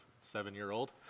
seven-year-old